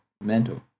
mental